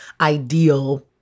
ideal